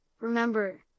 remember